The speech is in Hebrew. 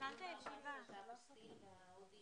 הישיבה ננעלה